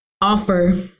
offer